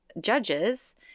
judges